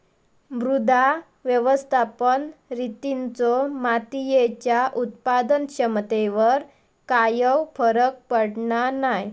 मृदा व्यवस्थापन रितींचो मातीयेच्या उत्पादन क्षमतेवर कायव फरक पडना नाय